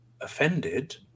offended